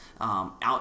Out